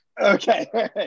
Okay